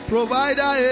Provider